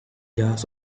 jazz